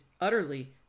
utterly